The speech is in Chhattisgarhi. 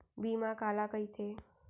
बीमा काला कइथे?